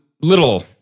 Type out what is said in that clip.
little